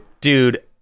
Dude